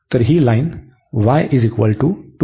तर ही line y 2 x आहे